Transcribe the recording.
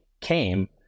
came